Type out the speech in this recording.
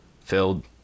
filled